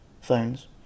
phones